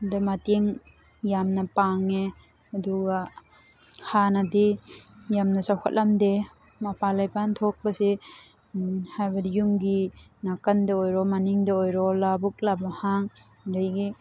ꯗ ꯃꯇꯦꯡ ꯌꯥꯝꯅ ꯄꯥꯡꯉꯦ ꯑꯗꯨꯒ ꯍꯥꯟꯅꯗꯤ ꯌꯥꯝꯅ ꯆꯥꯎꯈꯠꯂꯝꯗꯦ ꯃꯄꯥꯟ ꯏꯄꯥꯟ ꯊꯣꯛꯄꯁꯤ ꯍꯥꯏꯕꯗꯤ ꯌꯨꯝꯒꯤ ꯅꯥꯀꯟꯗ ꯑꯣꯏꯔꯣ ꯃꯅꯤꯡꯗ ꯑꯣꯏꯔꯣ ꯂꯕꯨꯛ ꯂꯝꯍꯥꯡ ꯑꯗꯒꯤ